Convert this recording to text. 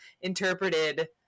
interpreted